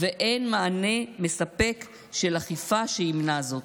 ואין מענה מספק של אכיפה שימנע זאת.